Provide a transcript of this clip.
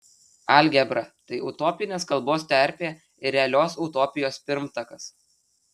algebra tai utopinės kalbos terpė ir realios utopijos pirmtakas